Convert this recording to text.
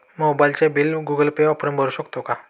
मोबाइलचे bill Google Pay वापरून भरू शकतो का?